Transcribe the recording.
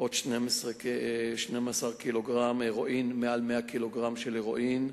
עוד 12 ק"ג, הירואין, מעל 100 ק"ג של הירואין,